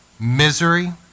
misery